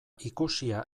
ikusia